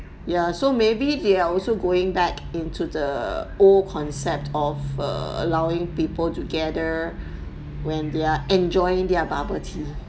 ya so maybe they're also going back into the old concept of err allowing people to gather when they're enjoying their bubble tea